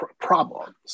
problems